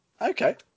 okay